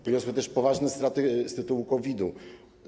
Poniosły też poważne straty z tytułu COVID-u.